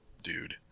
dude